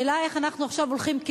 השאלה היא איך אנחנו עכשיו הולכים,